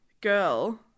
girl